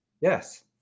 Yes